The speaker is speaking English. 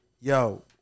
Yo